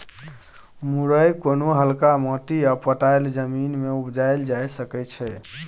मुरय कोनो हल्का माटि आ पटाएल जमीन मे उपजाएल जा सकै छै